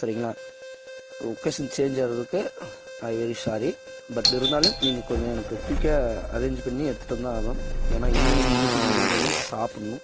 சரிங்களா location change ஆகுறதுக்கு I very sorry but இருந்தாலும் நீங்கள் கொஞ்சம் எனக்கு குயிக்காக அரேஞ்ச் பண்ணி எடுத்துகிட்டு வந்தால் ஆகும் ஏன்னா ஈவினிங் மீட்டிங்கை முடிஞ்சோடனே சாப்புடணும்